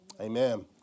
Amen